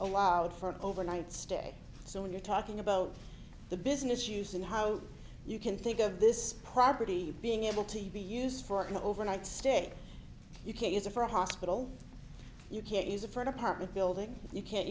allowed for an overnight stay so when you're talking about the business use and how you can think of this property being able to be used for an overnight stay you can't use it for a hospital you can't use it for an apartment building you can't